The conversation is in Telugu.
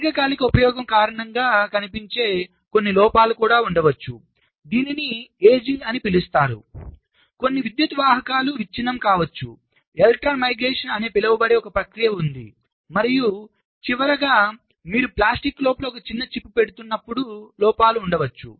దీర్ఘకాలిక ఉపయోగం కారణంగా కనిపించే కొన్ని లోపాలు ఉండవచ్చు దీనిని వృద్ధాప్యం అని పిలుస్తారు కొన్ని విద్యుద్వాహకాలు విచ్ఛిన్నం కావచ్చు ఎలక్ట్రాన్ మైగ్రేషన్ అని పిలువబడే ఒక ప్రక్రియ ఉంది మరియు చివరగా మీరు ప్లాస్టిక్ లోపల ఒక చిన్న చిప్ పెడుతున్నప్పుడు లోపాలు ఉండవచ్చు